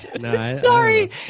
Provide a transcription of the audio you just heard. sorry